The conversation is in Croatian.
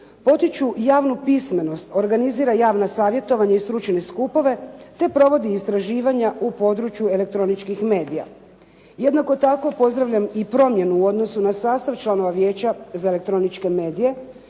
potiču javnu pismenost, organizira javna savjetovanja i stručne skupove, te provodi istraživanja u području elektroničkih medija. Jednako tako pozdravljam i promjenu u odnosu na sastav članova Vijeća za elektroničke medije